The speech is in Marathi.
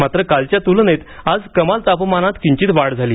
मात्र कालच्या तुलनेत आज कमाल तापमानात किंचित वाढ झाली